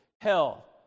hell